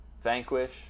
Vanquish